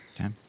Okay